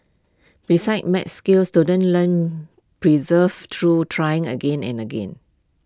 besides maths skills students learn preserve through trying again and again